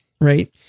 Right